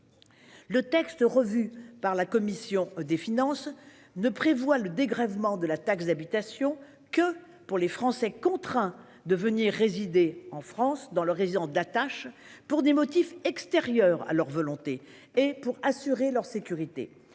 Le texte revu par la commission des finances ne prévoit le dégrèvement de la taxe d'habitation que pour les Français contraints de venir résider dans leur résidence d'attache en France pour des motifs extérieurs à leur volonté et pour assurer leur sécurité.